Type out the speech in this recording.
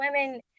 women